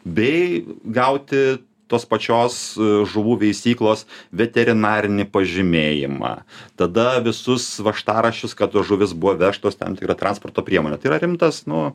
bei gauti tos pačios žuvų veisyklos veterinarinį pažymėjimą tada visus važtaraščius kad tos žuvys buvo vežtos tam tikra transporto priemone tai yra rimtas nu